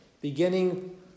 beginning